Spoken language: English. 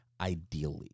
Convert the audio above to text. ideally